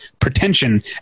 pretension